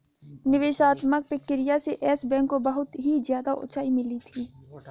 निवेशात्मक प्रक्रिया से येस बैंक को बहुत ही ज्यादा उंचाई मिली थी